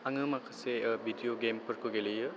आङो माखासे भिडिय' गेमफोरखौ गेलेयो